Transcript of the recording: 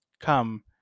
Come